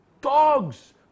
Dogs